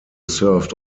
served